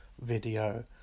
Video